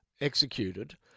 executed